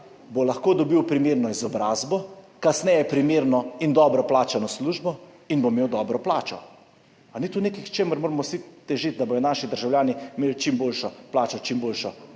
bo lahko dobil primerno izobrazbo, kasneje primerno in dobro plačano službo in bo imel dobro plačo. Ali ni to nekaj, k čemur moramo vsi težiti, da bodo naši državljani imeli čim boljšo plačo, čim boljšo